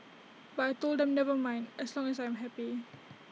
but I Told them never mind as long as I am happy